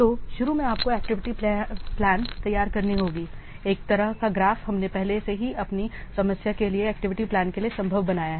तो शुरू में आपको एक्टिविटी प्लान तैयार करनी होगी एक तरह का ग्राफ हमने पहले से ही अपनी समस्या के लिए एक्टिविटी प्लान के लिए संभव बनाया है